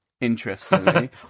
interestingly